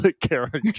character